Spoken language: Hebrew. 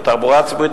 ובתחבורה ציבורית,